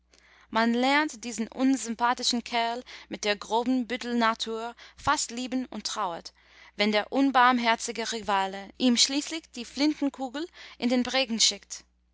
man lernt diesen unsympathischen kerl mit der groben büttelnatur fast lieben und trauert wenn der unbarmherzige rivale ihm schließlich die flintenkugel in den brägen schickt